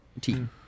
team